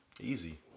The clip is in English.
Easy